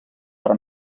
per